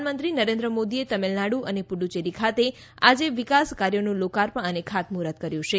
પ્રધાનમંત્રી નરેન્દ્ર મોદી તમિલનાડુ અને પુડ્ડચેરી ખાતે આજે વિકાસ કાર્યોનું લોકાર્પણ અને ખાતમુહૂર્ત કર્યું છે